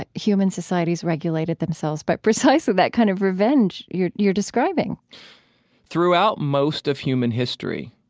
ah human societies regulated themselves by precisely that kind of revenge you're you're describing throughout most of human history